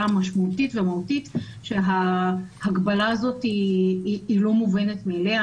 משמעותית ומהותית וההגבלה הזאת היא לא מובנת מאליה.